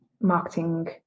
marketing